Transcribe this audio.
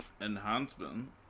Enhancement